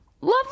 Lovely